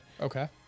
Okay